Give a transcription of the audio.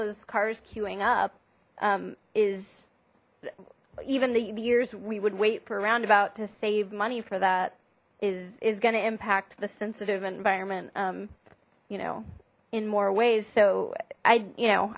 those cars queuing up is even the years we would wait for a roundabout to save money for that is is gonna impact the sensitive environment um you know in more ways so i you know